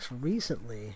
recently